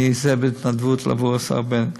אני עוזר בהתנדבות לשר בנט.